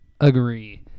agree